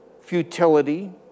futility